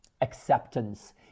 acceptance